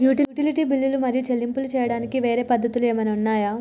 Utility బిల్లులు మరియు చెల్లింపులు చేయడానికి వేరే పద్ధతులు ఏమైనా ఉన్నాయా?